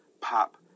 Pop